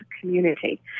community